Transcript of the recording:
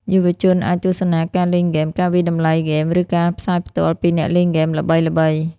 យុវជនអាចទស្សនាការលេងហ្គេម ការវាយតម្លៃហ្គេម ឬការផ្សាយផ្ទាល់ ពីអ្នកលេងហ្គេមល្បីៗ។